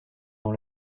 dans